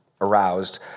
aroused